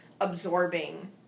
absorbing